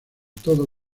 todo